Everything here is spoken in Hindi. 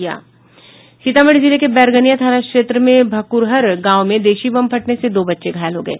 सीतामढ़ी जिले के बैरगनिया थाना क्षेत्र में भकुरहर गांव में देशी बम फटने से दो बच्चे घायल हो गये